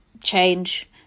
change